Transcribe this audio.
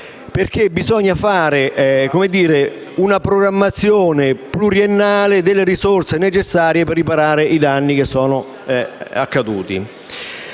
bisogna fare una programmazione pluriennale delle risorse necessarie per riparare i danni accaduti.